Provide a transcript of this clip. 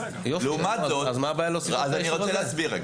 אז מה הבעיה להוסיף הנחיה כזאת?